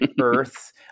Earth